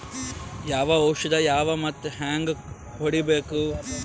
ಯಾವ ಔಷದ ಯಾವಾಗ ಮತ್ ಹ್ಯಾಂಗ್ ಹೊಡಿಬೇಕು?